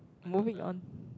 moving on